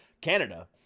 Canada